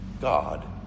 God